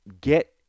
get